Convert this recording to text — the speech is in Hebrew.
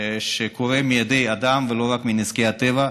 שקורה מידי אדם ולא רק מנזקי הטבע.